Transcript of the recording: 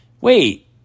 wait